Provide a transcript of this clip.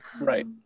Right